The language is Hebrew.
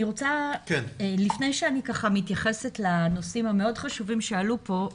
לפני שאני מתייחסת לנושאים החשובים מאוד שעלו פה,